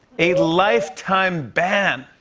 a lifetime ban.